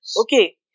Okay